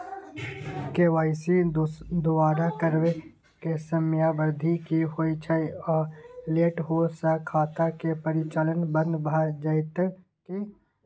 KYC दोबारा करबै के समयावधि की होय छै आ लेट होय स खाता के परिचालन बन्द भ जेतै की?